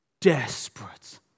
desperate